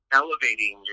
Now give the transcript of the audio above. elevating